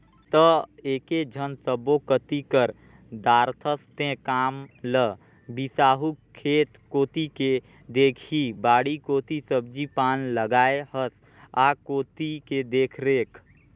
त एकेझन सब्बो कति कर दारथस तें काम ल बिसाहू खेत कोती के देखही बाड़ी कोती सब्जी पान लगाय हस आ कोती के देखरेख